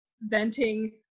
venting